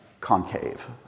concave